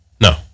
No